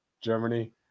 Germany